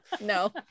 no